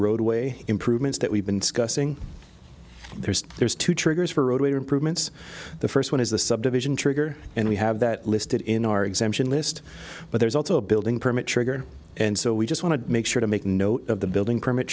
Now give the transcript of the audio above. roadway improvements that we've been discussing there's two triggers for road improvements the first one is the subdivision trigger and we have that listed in our exemption list but there's also a building permit trigger and so we just want to make sure to make note of the building permit